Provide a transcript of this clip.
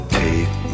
take